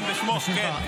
כן, בשמו, כן.